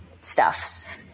stuffs